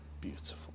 beautiful